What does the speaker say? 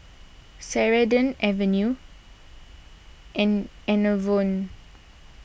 Ceradan Avene and Enervon